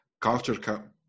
culture